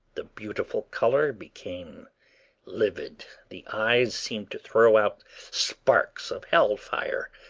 the beautiful colour became livid, the eyes seemed to throw out sparks of hell-fire,